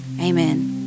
Amen